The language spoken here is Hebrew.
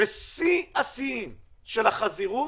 ושיא השיאים של החזירות